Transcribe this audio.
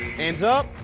hands up.